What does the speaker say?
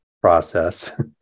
process